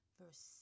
verse